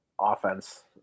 offense